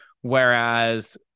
Whereas